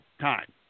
time